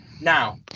Now